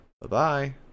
Bye-bye